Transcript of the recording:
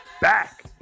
back